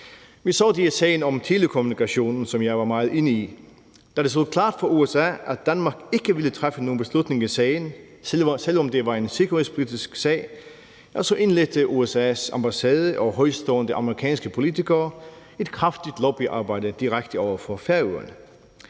Vi så det i sagen om telekommunikation, som jeg var meget inde i. Da det stod klart for USA, at Danmark ikke ville træffe nogen beslutning i sagen, selv om det var en sikkerhedspolitisk sag, så indledte USA's ambassade og højtstående amerikanske politikere et kraftigt lobbyarbejde direkte over for Færøerne.